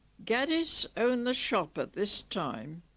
gaddes own the shop at this time.